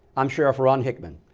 i'm sheriff ron hickman,